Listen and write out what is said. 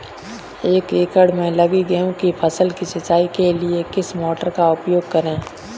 एक एकड़ में लगी गेहूँ की फसल की सिंचाई के लिए किस मोटर का उपयोग करें?